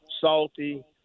salty